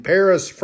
Paris